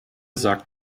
sagt